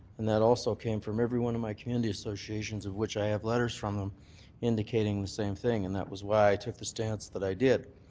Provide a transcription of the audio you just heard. and that also came from everyone in my community associations of which i have letters from them indicating the same thing. and that was why i took the stance that i did.